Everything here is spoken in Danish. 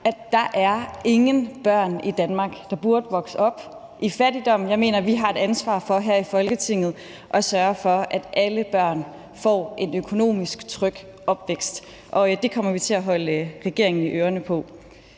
Der er ingen børn i Danmark, der burde vokse op i fattigdom. Jeg mener, vi har et ansvar for her i Folketinget at sørge for, at alle børn får en økonomisk tryg opvækst. Det kommer vi til at holde regeringen fast på.